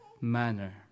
manner